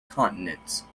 continents